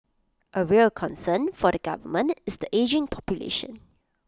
A real concern for the government is the ageing population